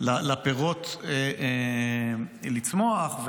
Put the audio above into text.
לפירות לצמוח.